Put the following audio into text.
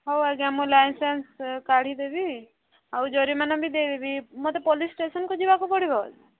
ହଉ ଆଜ୍ଞା ମୁଁ ଲାଇସେନ୍ସ କାଢ଼ି ଦେବି ଆଉ ଜୋରିମାନା ବି ଦେଇ ଦେବି ମୋତେ ପୋଲିସ୍ ଷ୍ଟେସନ୍କୁ ଯିବାକୁ ପଡ଼ିବ